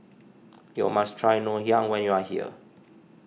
you must try Ngoh Hiang when you are here